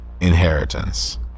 inheritance